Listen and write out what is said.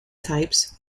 types